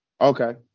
Okay